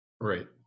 Right